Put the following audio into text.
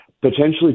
potentially